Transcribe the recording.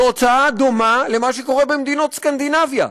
וזו הוצאה דומה למה שקורה במדינות סקנדינביה.